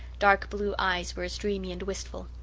dark-blue eyes were as dreamy and wistful.